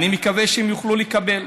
אני מקווה שהם יוכלו לקבל.